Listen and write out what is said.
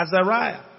Azariah